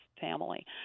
family